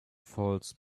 false